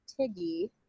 Tiggy